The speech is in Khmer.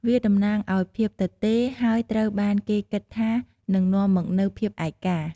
វាតំណាងឱ្យភាពទទេ ហើយត្រូវបានគេគិតថានឹងនាំមកនូវភាពឯកា។